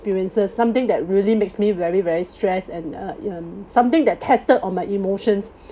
experiences something that really makes me very very stressed and uh ya mm something that tested on my emotions